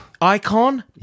Icon